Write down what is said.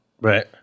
right